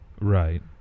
Right